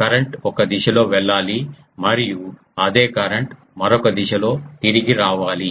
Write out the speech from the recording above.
current ఒక దిశలో వెళ్ళాలి మరియు అదే కరెంట్ మరొక దిశలో తిరిగి రావాలి